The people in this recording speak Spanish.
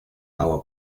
agua